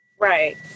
Right